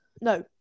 No